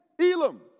Elam